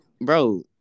bro